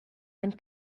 and